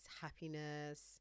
happiness